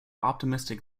optimistic